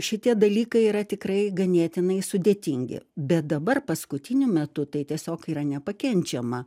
šitie dalykai yra tikrai ganėtinai sudėtingi bet dabar paskutiniu metu tai tiesiog yra nepakenčiama